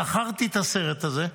שכרתי את הסרט הזה.